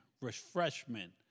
refreshment